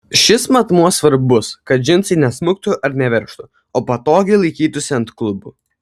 šis matmuo svarbus kad džinsai nesmuktų ar neveržtų o patogiai laikytųsi ant klubų